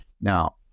Now